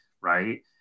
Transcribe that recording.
right